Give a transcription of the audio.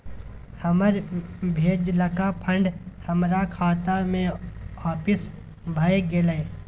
हमर भेजलका फंड हमरा खाता में आपिस भ गेलय